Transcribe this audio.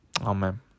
Amen